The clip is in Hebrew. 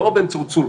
לא רק באמצעות סולחה,